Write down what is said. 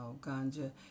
Ganja